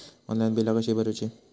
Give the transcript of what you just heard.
Online बिला कशी भरूची?